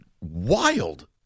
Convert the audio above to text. wild